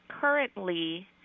currently